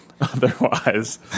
Otherwise